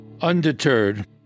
Undeterred